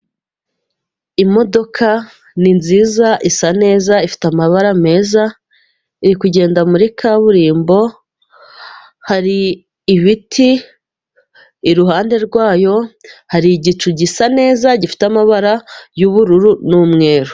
Imodoka ni nziza, isa neza, ifite amabara meza, iri kugenda muri kaburimbo, hari ibiti iruhande rwayo, hari igicu gisa neza, gifite amabara y'ubururu n'umweru.